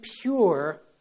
pure